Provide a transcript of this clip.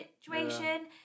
situation